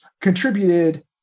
contributed